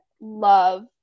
love